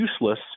useless